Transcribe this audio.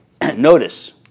Notice